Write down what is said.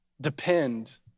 depend